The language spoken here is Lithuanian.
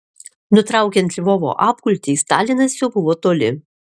nutraukiant lvovo apgultį stalinas jau buvo toli